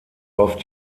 oft